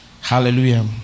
Hallelujah